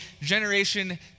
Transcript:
Generation